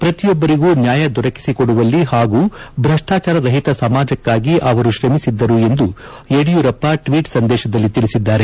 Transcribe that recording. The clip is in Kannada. ಪ್ರತಿಯೊಬ್ಬರಿಗೂ ನ್ಯಾಯ ದೊರಕಿಸಿ ಕೊಡುವಲ್ಲಿ ಹಾಗೂ ಭ್ರಷ್ವಾಚಾರ ರಹಿತ ಸಮಾಜಕ್ಕಾಗಿ ಅವರು ಶ್ರಮಿಸಿದ್ದರು ಎಂದು ಯಡಿಯೂರಪ್ಪ ಟ್ವೀಟ್ ಸಂದೇಶದಲ್ಲಿ ತಿಳಿಸಿದ್ದಾರೆ